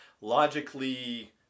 logically